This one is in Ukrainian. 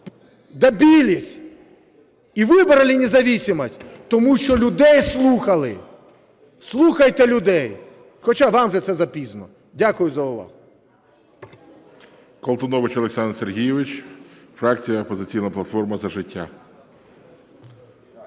добились и выбрали независимость, тому що людей слухали". Слухайте людей.! Хоча вам вже це запізно. Дякую за увагу.